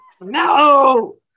no